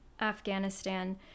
afghanistan